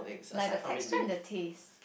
like the texture and the taste